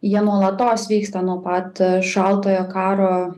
jie nuolatos vyksta nuo pat šaltojo karo